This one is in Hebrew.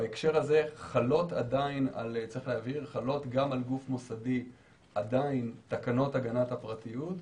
בהקשר הזה צריך להבהיר שחלות עדיין גם על גוף מוסדי תקנות הגנת הפרטיות,